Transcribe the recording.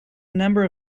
number